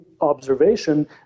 observation